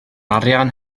arian